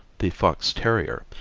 the fox terrier,